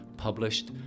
published